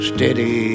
Steady